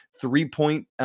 three-point